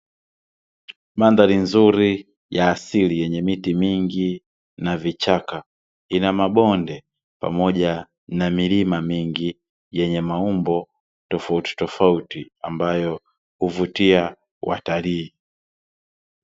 Mandhari nzuri ya asili yenye miti mingi na vichaka, ina mabonde pamoja na milima mingi yenye maumbo tofautitofauti, ambayo huvutia watalii.